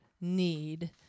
Need